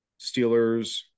steelers